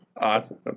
Awesome